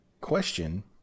Question